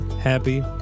happy